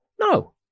No